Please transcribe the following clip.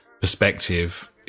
perspective